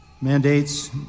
mandates